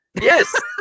Yes